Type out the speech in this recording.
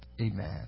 amen